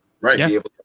right